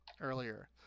earlier